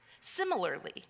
Similarly